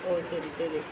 O ശരി ശരി